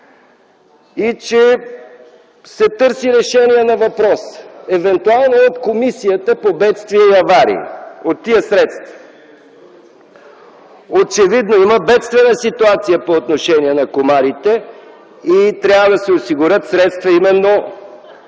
и се търси решение на въпроса евентуално от Комисията по бедствия и аварии - от тези средства. Очевидно има бедствена ситуация по отношение на комарите и трябва да се осигурят средства именно от